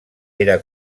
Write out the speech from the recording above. era